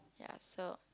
ya so